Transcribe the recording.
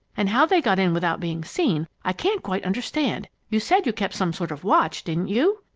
and how they got in without being seen, i can't quite understand! you said you kept some sort of watch, didn't you?